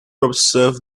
observe